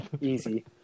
Easy